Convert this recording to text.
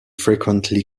frequently